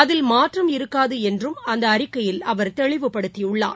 அதில் மாற்றம் இருக்காதுஎன்றும் அந்தஅறிக்கையில் அவர் தெளிவுபடுத்தியுள்ளார்